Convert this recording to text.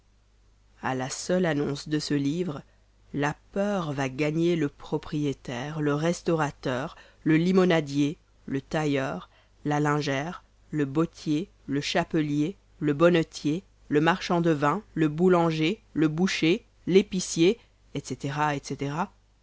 a la seule annonce de ce livre la peur va gagner le propriétaire le restaurateur le limonadier le tailleur la lingère le bottier le chapelier le bonnetier le marchand de vin le boulanger le boucher l'épicier etc etc